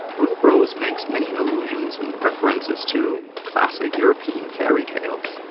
rule of rose makes many allusions and references to classic european fairy tales.